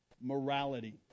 morality